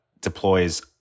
deploys